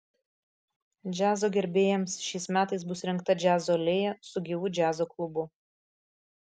džiazo gerbėjams šiais metais bus įrengta džiazo alėja su gyvu džiazo klubu